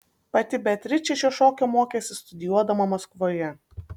pati beatričė šio šokio mokėsi studijuodama maskvoje